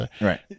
right